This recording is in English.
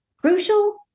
Crucial